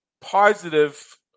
positive –